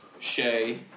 shay